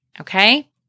Okay